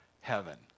heaven